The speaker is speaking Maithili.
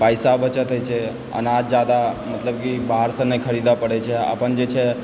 पैसा बचत होइ छै अनाज जादा मतलब कि बाहरसँ नहि खरीदै पड़ै छै अपन जे छै